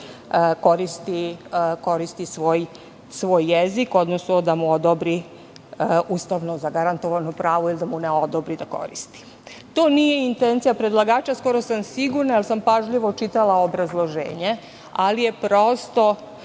koristi svoj jezik, odnosno da mu odobri ustavno zagarantovano pravo ili da mu ne odobri da koristi. To nije intencija predlagača, skoro sam sigurna, jer sam pažljivo čitala obrazloženje, ali je prosto